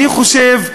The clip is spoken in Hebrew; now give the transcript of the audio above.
אני חושב,